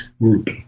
group